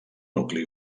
nucli